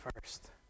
first